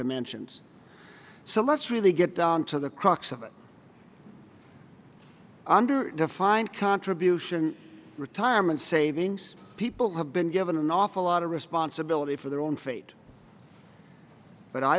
dimensions so let's really get down to the crux of it under defined contribution retirement savings people have been given an awful lot of responsibility for their own fate but i